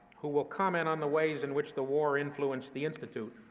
who will comment on the ways in which the war influenced the institute,